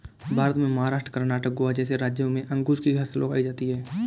भारत में महाराष्ट्र, कर्णाटक, गोवा जैसे राज्यों में अंगूर की फसल उगाई जाती हैं